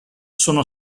sono